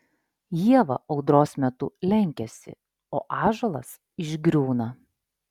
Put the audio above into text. ieva audros metu lenkiasi o ąžuolas išgriūna